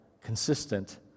consistent